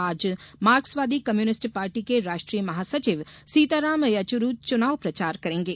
आज मार्क्सवादी communist party के राष्ट्रीय महासचिव सीताराम येचुरी चुनाव प्रचार करेंगे